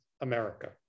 America